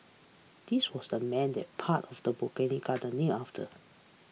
this was the man that part of the Botanic Garden name after